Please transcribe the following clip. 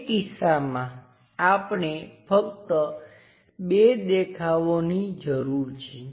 તે કિસ્સામાં આપણે ફક્ત બે દેખાવોની જરૂર છે